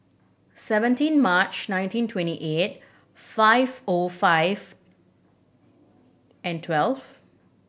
seventeen March nineteen twenty eight five O five and twelve